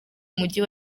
mujyi